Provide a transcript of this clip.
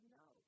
no